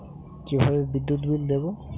কিভাবে বিদ্যুৎ বিল দেবো?